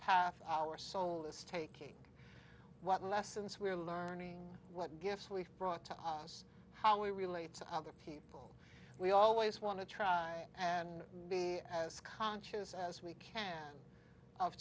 path our soul is taking what lessons we're learning what gifts we've brought to us how we relate to other people we always want to try and be as conscious as we can of